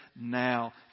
now